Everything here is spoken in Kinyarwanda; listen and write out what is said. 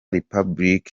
repubulika